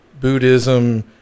Buddhism